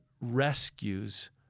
rescues